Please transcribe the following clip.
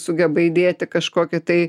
sugeba įdėti kažkokį tai